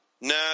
No